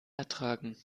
ertragen